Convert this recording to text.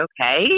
okay